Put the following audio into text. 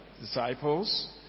Disciples